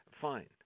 fine